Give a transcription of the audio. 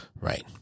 Right